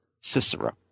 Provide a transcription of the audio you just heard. cicero